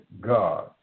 God